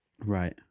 Right